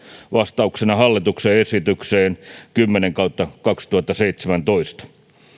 vastauksena hallituksen esitykseen kymmenen kautta kaksituhattaseitsemäntoista